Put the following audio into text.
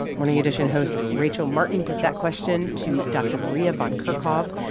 morning edition host rachel martin put that question to dr. maria van kerkhove.